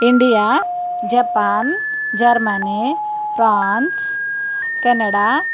India Japan Germany France Canada